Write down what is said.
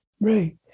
Right